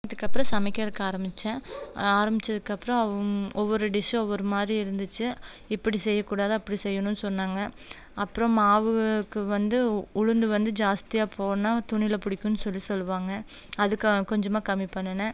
அதுக்கப்புறம் சமைக்கிறக்கு ஆரம்மித்தேன் ஆரம்பித்ததுக்கு அப்புறம் ஒவ்வொரு டிஷ்ஷூ ஒவ்வொரு மாதிரி இருந்துச்சு இப்படி செய்யக்கூடாது அப்படி செய்யணுன்னு சொன்னாங்க அப்புறம் மாவுக்கு வந்து உளுந்து வந்து ஜாஸ்தியாக போனால் துணியில் பிடிக்குன்னு சொல்லி சொல்லுவாங்க அதுக்கு கொஞ்சமாக கம்மி பண்ணினேன்